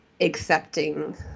accepting